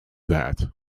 that